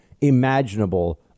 imaginable